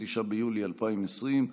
29 ביולי 2020,